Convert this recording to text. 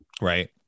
Right